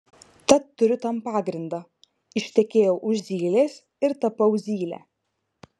tad turiu tam pagrindą ištekėjau už zylės ir tapau zyle